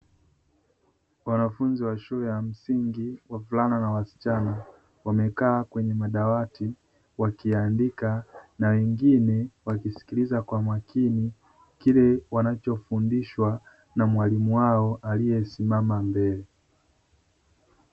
Wanafunzi wa shule ya msingi wavulana na wasichana, wamekaa kwenye madawati wakiandika. Na wengine wakisikiliza kwa makini kile wanachofundishwa na mwalimu wao aliyesimama mbele.